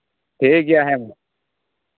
ᱴᱷᱤᱠ ᱜᱮᱭᱟ ᱦᱮᱸ ᱢᱟ